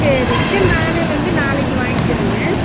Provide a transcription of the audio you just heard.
சரிங்க சரி நானே வந்து நாளைக்கு வாங்கக்கிறேங்க